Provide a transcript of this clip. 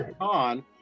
on